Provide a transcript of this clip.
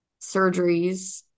surgeries